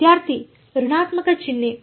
ವಿದ್ಯಾರ್ಥಿ ಋಣಾತ್ಮಕ ಚಿಹ್ನೆ